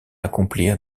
accomplir